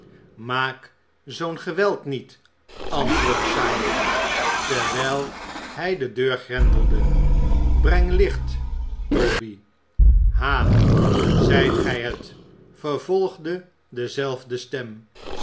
maak zoo'n geweld niet antwoordde sikes terwijl hij de deur grendelde breng licht toby ha zijt gij het vervolgde dezelfde stem